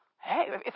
hey